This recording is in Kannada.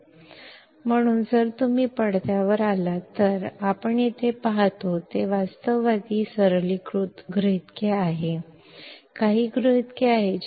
ಆದ್ದರಿಂದ ನೀವು ಸ್ಕ್ರೀನ್ಗೆ ಬಂದರೆ ನಾವು ಇಲ್ಲಿ ನೋಡುವುದು ವಾಸ್ತವಿಕ ಸರಳಗೊಳಿಸುವ ಊಹೆಗಳು